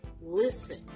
Listen